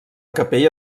capella